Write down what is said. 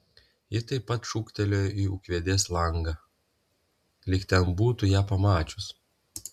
ji taip pat šūktelėjo į ūkvedės langą lyg ten būtų ją pamačius